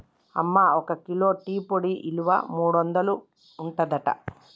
అమ్మ ఒక kilo tea పొడి ఇలువ మూడొందలు ఉంటదట